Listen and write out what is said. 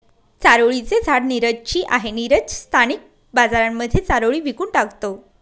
चारोळी चे झाड नीरज ची आहे, नीरज स्थानिक बाजारांमध्ये चारोळी विकून टाकतो